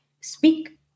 speak